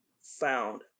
found